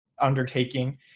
undertaking